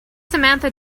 samantha